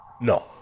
No